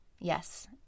Yes